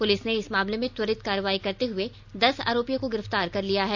police ने इस मामले में त्वरित कार्रवाई करते हुए दस आरोपियों को गिरफ्तार कर लिया है